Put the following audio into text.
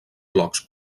blocs